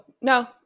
no